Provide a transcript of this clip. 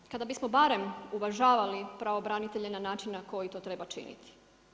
Da kada bismo barem uvažavali pravobranitelja na način na koji to treba činiti.